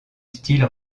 style